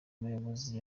muyobozi